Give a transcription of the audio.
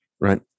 right